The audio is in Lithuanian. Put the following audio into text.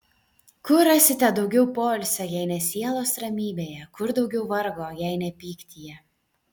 kur rasite daugiau poilsio jei ne sielos ramybėje kur daugiau vargo jei ne pyktyje